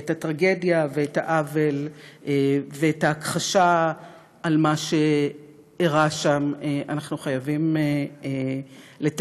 ואת הטרגדיה ואת העוול ואת ההכחשה על מה שאירע שם אנחנו חייבים לתקן,